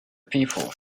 people